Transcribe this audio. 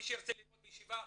מי שירצה ללמוד בישיבה,